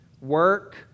work